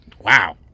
Wow